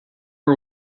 are